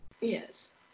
Yes